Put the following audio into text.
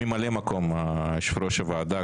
ממלא מקום יושב ראש הוועדה,